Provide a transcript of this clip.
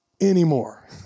anymore